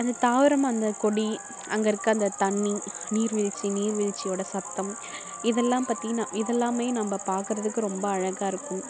அது தாவரம் அந்த கொடி அங்கே இருக்க அந்த தண்ணி நீர் வீழ்ச்சி நீர் வீழ்ச்சியோடய சத்தம் இதெல்லாம் பார்த்தீங்கனா இதெல்லாமே நம்ம பார்க்குறதுக்கு ரொம்ப அழகாக இருக்கும்